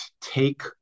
take